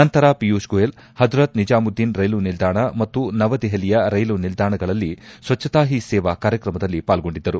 ನಂತರ ಪಿಯೂಷ್ ಗೋಯಲ್ ಹಜರತ್ ನಿಜಾಮುದ್ದೀನ್ ರೈಲು ನಿಲ್ದಾಣ ಮತ್ತು ನವದೆಹಲಿಯ ರೈಲು ನಿಲ್ದಾಣಗಳಲ್ಲಿ ಸ್ವಚ್ಚತಾ ಹೀ ಸೇವಾ ಕಾರ್ಯಕ್ರಮದಲ್ಲಿ ಪಾಲ್ಗೊಂಡಿದ್ದರು